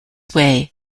way